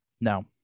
No